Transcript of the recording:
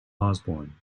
osborne